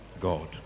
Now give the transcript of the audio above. God